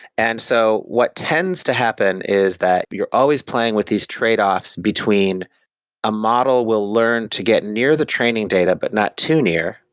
and so what tends to happen is that you're always playing with these trade-offs between a model will learn to get near the training data, but not too near,